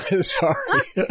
Sorry